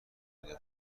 میده